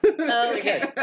Okay